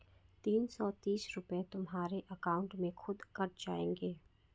तीन सौ तीस रूपए तुम्हारे अकाउंट से खुद कट जाएंगे